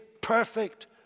perfect